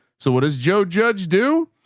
so what does joe judge do?